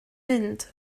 mynd